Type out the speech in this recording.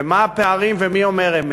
ומה הפערים ומי אומר אמת.